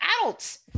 adults